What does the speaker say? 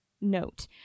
Note